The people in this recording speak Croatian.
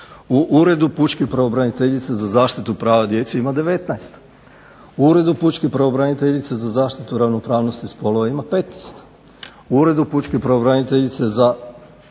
U Uredu pučke pravobraniteljica za zaštitu prava djece ima 19, u Uredu pučke pravobraniteljice za zaštitu ravnopravnosti spolova ima 15, u Uredu pučke pravobraniteljice za